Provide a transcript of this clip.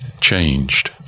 changed